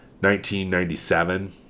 1997